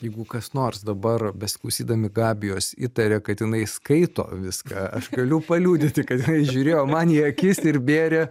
jeigu kas nors dabar besiklausydami gabijos įtaria kad jinai skaito viską aš galiu paliudyti kad jinai žiūrėjo man į akis ir bėrė